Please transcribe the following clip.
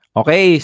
okay